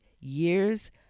years